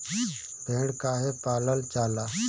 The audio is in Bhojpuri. भेड़ काहे पालल जाला?